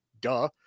duh